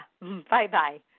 Bye-bye